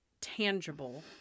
tangible